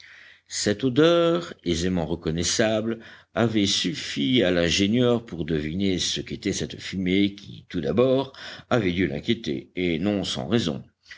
cette odeur aisément reconnaissable avait suffi à l'ingénieur pour deviner ce qu'était cette fumée qui tout d'abord avait dû l'inquiéter et non sans raison